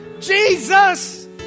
Jesus